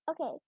Okay